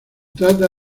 trata